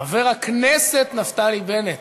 חבר הכנסת נפתלי בנט.